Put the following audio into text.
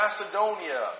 Macedonia